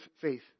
faith